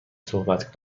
صحبت